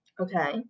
Okay